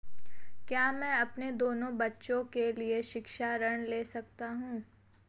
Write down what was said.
क्या मैं अपने दोनों बच्चों के लिए शिक्षा ऋण ले सकता हूँ?